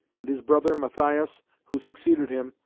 and his brother matthias who succeeded him,